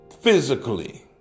physically